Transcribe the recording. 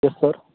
yes sir